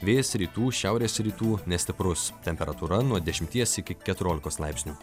vėjas rytų šiaurės rytų nestiprus temperatūra nuo dešimties iki keturiolikos laipsnių